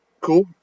cool